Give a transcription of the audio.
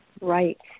Right